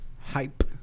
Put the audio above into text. hype